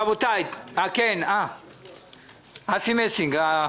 אסי מסינג,